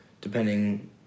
depending